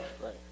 Right